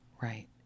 Right